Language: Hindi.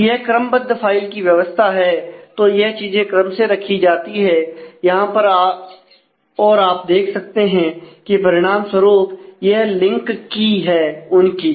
तो यह क्रमबद्ध फाइल की व्यवस्था है तो यह चीजें क्रम से रखी जाती है यहां पर और आप देख सकते हैं कि परिणाम स्वरूप यह लिंक की है उनकी